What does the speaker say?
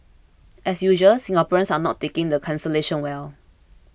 as usual Singaporeans are not taking the cancellation well